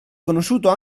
conosciuto